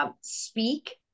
speak